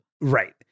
Right